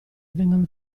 vengono